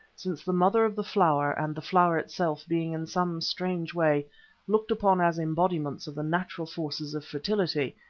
since the mother of the flower and the flower itself being in some strange way looked upon as embodiments of the natural forces of fertility,